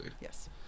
yes